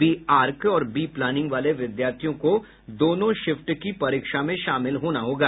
B Arch और B planning वाले विद्यार्थियों को दोनों शिफ्ट की परीक्षा में शामिल होना होगा